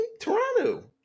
toronto